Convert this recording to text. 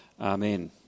Amen